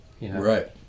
Right